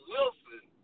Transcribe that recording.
Wilson